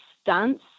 stunts